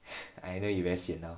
I know you very sian now